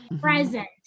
present